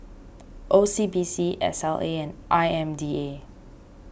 O C B C S L A and I M D A